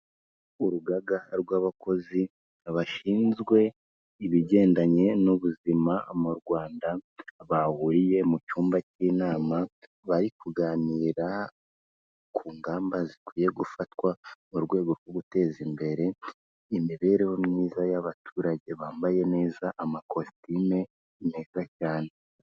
Urugaga rw'abakozi bashinzwe ibigendanye n'ubuzima mu Rwanda, bahuriye mu cyumba cy'inama bari kuganira ku ngamba zikwiye gufatwa mu rwego rwo guteza imbere imibereho myiza y'abaturage, bambaye neza amakositime meza cyane.